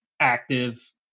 active